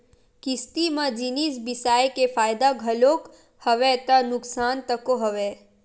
किस्ती म जिनिस बिसाय के फायदा घलोक हवय ता नुकसान तको हवय